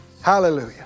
Hallelujah